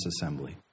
assembly